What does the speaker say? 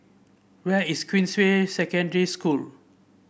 where is Queensway Secondary School